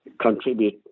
contribute